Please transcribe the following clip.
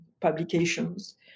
publications